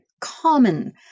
common